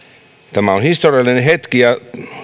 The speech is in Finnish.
tämä on historiallinen hetki ja